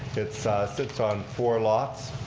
it sits on four lots.